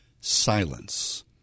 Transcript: silence